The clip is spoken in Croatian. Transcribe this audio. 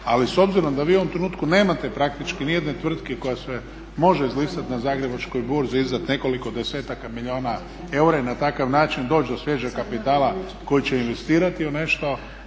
ali s obzirom da vi u ovom trenutku nemate praktični je jedne tvrtke koja se može izlistati na Zagrebačkoj burzi, izdat nekoliko desetaka milijuna eura i na takav način doći do svježeg kapitala koji će investirati u nešto,